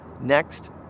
Next